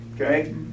Okay